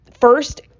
first